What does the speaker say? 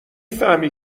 فهمی